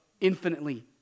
infinitely